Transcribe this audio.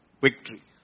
victory